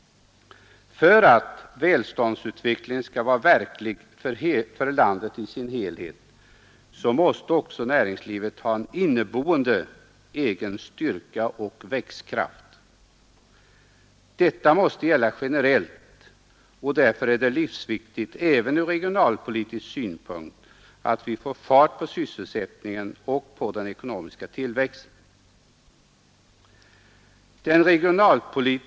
För att välståndsutveckligen skall vara verklig för landet i dess helhet måste också näringslivet ha en inneboende egen styrka och växtkraft. Detta måste gälla generellt och därför är det livsviktigt även från regionalpolitisk synpunkt att vi får fart på sysselsättningen och på den ekonomiska tillväxten.